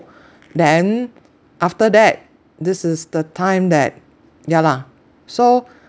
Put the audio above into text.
then after that this is the time that ya lah so